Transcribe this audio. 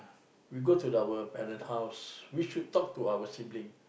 we go to our parent house we should talk to our sibling